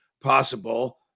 possible